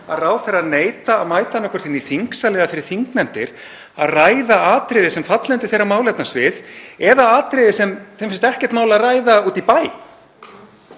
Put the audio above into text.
að ráðherrar neita að mæta annaðhvort í þingsal eða fyrir þingnefndir til að ræða atriði sem falla undir þeirra málefnasvið eða atriði sem þeim finnst ekkert mál að ræða úti í bæ?